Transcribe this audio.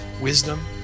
wisdom